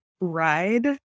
Ride